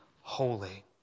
holy